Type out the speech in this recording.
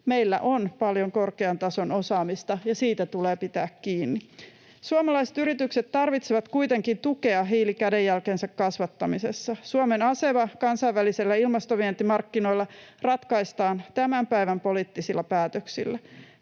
Meillä on paljon korkean tason osaamista, ja siitä tulee pitää kiinni. Suomalaiset yritykset tarvitsevat kuitenkin tukea hiilikädenjälkensä kasvattamisessa. Suomen asema kansainvälisillä ilmastovientimarkkinoilla ratkaistaan tämän päivän poliittisilla päätöksillä.